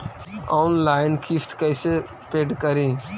Online किस्त कैसे paid करि?